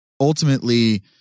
ultimately